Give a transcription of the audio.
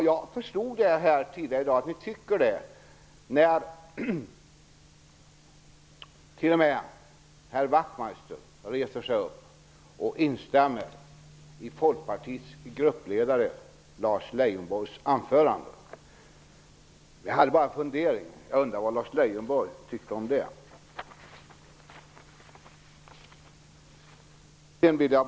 Jag förstod att ni tyckte det när t.o.m. herr Wachtmeister tidigare i dag reste sig upp och instämde i anförandet av Folkpartiets gruppledare Lars Leijonborg. Jag undrade bara vad Lars Leijonborg tyckte om det.